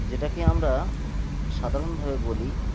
যেটাকে আমরা সাধারণভাবে বলি